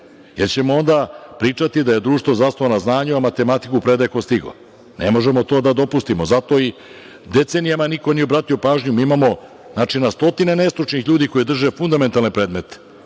jer ćemo onda pričati da je društvo zasnovano na znanju, a matematiku je predavao ko je stigao. Ne možemo to da dopustimo, zato i decenijama niko nije obratio pažnju. Mi imamo na stotine nestručnih ljudi koji drže fundamentalne predmete.